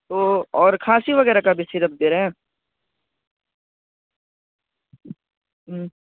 تو اور کھانسی وغیرہ کا بھی سیرپ دے رہے ہیں ہوں